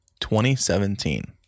2017